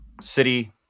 City